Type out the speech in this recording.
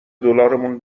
دلارمون